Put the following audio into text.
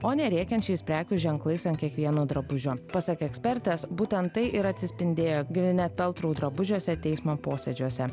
o ne rėkiančiais prekių ženklais ant kiekvieno drabužio pasak ekspertės būtent tai ir atsispindėjo gvynet peltru drabužiuose teismo posėdžiuose